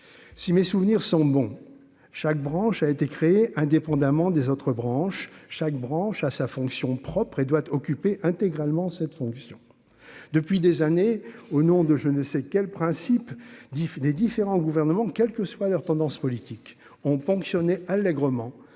si mes souvenirs sont bons, chaque branche a été créé indépendamment des autres branches chaque branche à sa fonction propre et doit occuper intégralement cette fonction depuis des années au nom de je ne sais quel principe des différents gouvernements, quelle que soit leur tendance politique ont ponctionné allègrement